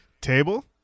Table